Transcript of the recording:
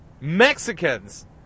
Mexicans